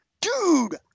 Dude